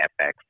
FX